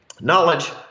knowledge